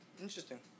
Interesting